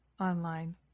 online